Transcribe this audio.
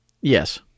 Yes